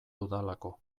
dudalako